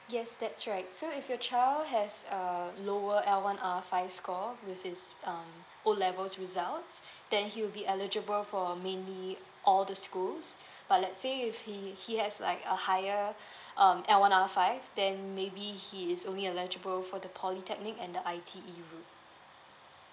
yes that's right so if your child has uh lower L one R five score with is um o levels results then he will be eligible for mainly all the schools but let's say if he he has like a higher um L one R five then maybe he is only eligible for the polytechnic and the I_T_E road